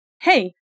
hey